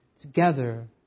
Together